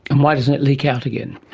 and why doesn't it leak out again?